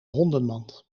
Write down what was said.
hondenmand